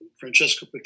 Francesco